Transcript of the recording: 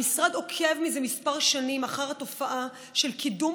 המשרד עוקב זה כמה שנים אחר התופעה של קידום